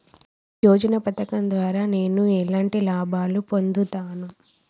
యోజన పథకం ద్వారా నేను ఎలాంటి లాభాలు పొందుతాను?